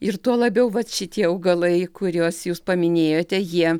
ir tuo labiau vat šitie augalai kuriuos jūs paminėjote jie